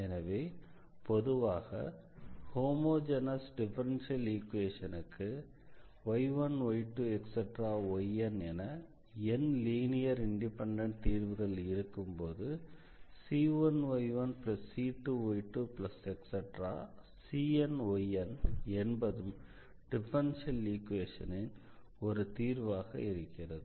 எனவே பொதுவாக homogeneous differential ஈக்வேஷனுக்கு y1 y2 yn என n லீனியர் இண்டிபெண்டண்ட் தீர்வுகள் இருக்கும்போது c1y1c2y2⋯cnyn என்பதும் டிஃபரன்ஷியல் ஈக்வேஷனின் ஒரு தீர்வாக இருக்கிறது